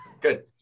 Good